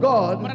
God